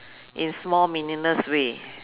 in small meaningless way